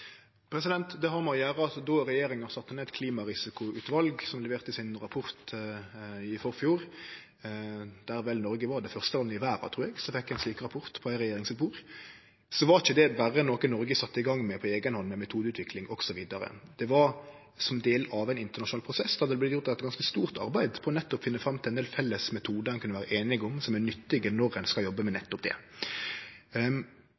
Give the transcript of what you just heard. Det har med å gjere at då regjeringa sette ned klimarisikoutvalet, som leverte sin rapport i forfjor, der Noreg vel var det første landet i verda, trur eg, som fekk ein slik rapport på ei regjering sitt bord, var ikkje det berre noko Noreg sette i gang med på eiga hand, med metodeutvikling osv. Det var som del av ein internasjonal prosess. Ein hadde gjort eit ganske stort arbeid med å finne fram til ein del felles metodar ein kunne vere einige om, som er nyttige når ein skal jobbe med